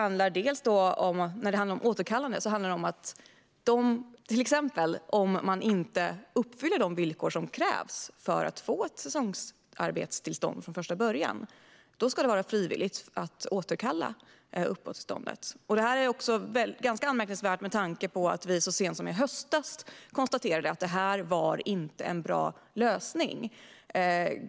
När det gäller återkallande handlar det om att om man till exempel inte uppfyller de villkor som krävs för att få ett säsongsarbetstillstånd från första början ska det vara frivilligt att återkalla uppehållstillståndet. Detta är ganska anmärkningsvärt med tanke på att vi så sent som i höstas konstaterade att det här inte är någon bra lösning.